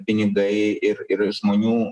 pinigai ir ir žmonių